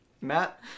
Matt